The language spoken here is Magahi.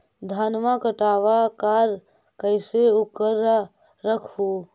धनमा कटबाकार कैसे उकरा रख हू?